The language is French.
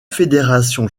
fédération